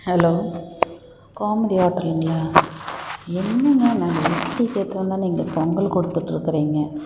hello Gomathi ஹோட்டலுங்களா என்னங்க நாங்கள் இட்லி கேட்டுருந்தால் நீங்கள் பொங்கல் கொடுத்து விட்டுருக்குறீங்க